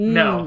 no